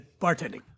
bartending